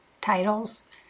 titles